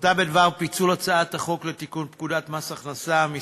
החלטה בדבר פיצול הצעת החוק לתיקון פקודת מס הכנסה (מס'